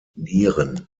nieren